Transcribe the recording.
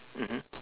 mmhmm